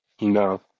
No